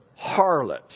harlot